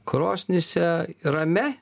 krosnyse ramia